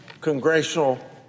congressional